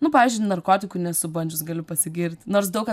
nu pavyzdžiui narkotikų nesu bandžius galiu pasigirt nors daug kas